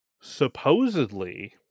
Supposedly